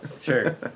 Sure